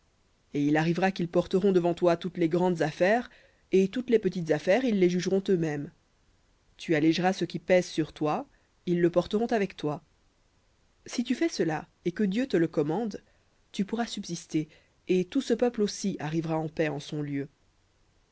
et il arrivera qu'ils porteront devant toi toutes les grandes affaires et toutes les petites affaires ils les jugeront eux-mêmes tu allégeras ce qui sur toi ils le porteront avec toi si tu fais cela et que dieu te le commande tu pourras subsister et tout ce peuple aussi arrivera en paix en son lieu